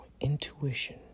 Intuition